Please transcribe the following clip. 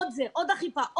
עוד אכיפה,